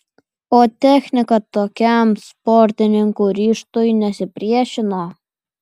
o technika tokiam sportininkų ryžtui nesipriešino